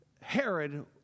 Herod